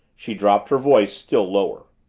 she dropped her voice still lower.